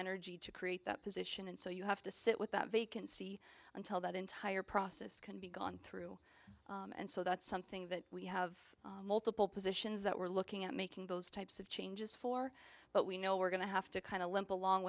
energy to create that position and so you have to sit with that vacancy until that entire process can be gone through and so that's something that we have multiple positions that we're looking at making those types of changes for but we know we're going to have to kind of limp along